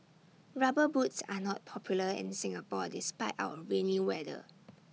rubber boots are not popular in Singapore despite our rainy weather